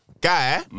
guy